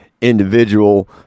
individual